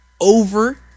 over